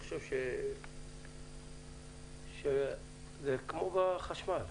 זה כמו בחשמל,